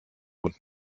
und